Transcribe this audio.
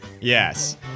yes